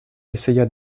essaya